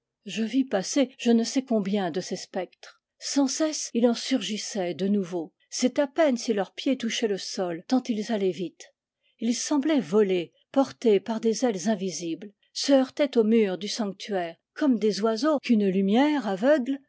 je vis passer je ne sais combien de ces spectres sans cesse il en surgissait de nouveaux c'est à peine si leurs pieds touchaient le sol tant ils allaient vite ils semblaient voler portés par des ailes invisibles se heurtaient aux murs du sanctuaire comme des oiseaux qu'une lumière aveugle